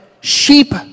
sheep